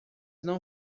não